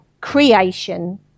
creation